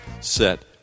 set